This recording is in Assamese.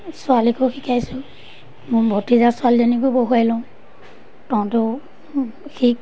ছোৱালীকো শিকাইছোঁ মোৰ ভতিজাছোৱালীজনীকো বহুৱাই লওঁ তহঁতেও শিক